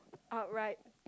outright